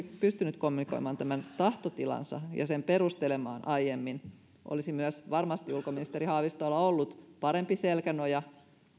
pystynyt kommunikoimaan tämän tahtotilansa ja sen perustelemaan aiemmin olisi myös varmasti ulkoministeri haavistolla ollut parempi selkänoja